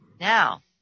now